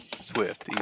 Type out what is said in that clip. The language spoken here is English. Swift